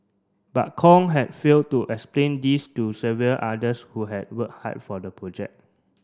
but Kong had failed to explain this to several others who had worked hard for the project